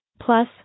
Plus